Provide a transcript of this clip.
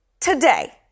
today